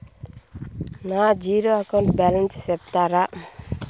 నా zero account balance సెప్తారా?